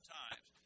times